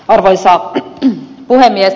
arvoisa puhemies